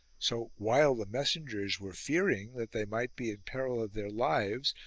so while the messengers were fearing that they might be in peril of their lives,